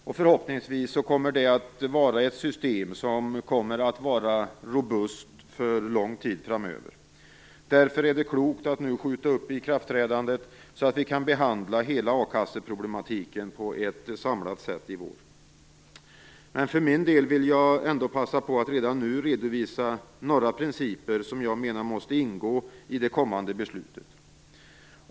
Jag hoppas att det systemet blir robust för en lång tid framöver. Därför är det klokt att nu skjuta upp ikraftträdandet, så att vi till våren samlat kan behandla hela a-kasseproblematiken. Jag vill passa på att redan nu redovisa några principer som jag menar måste ingå i det kommande beslutet.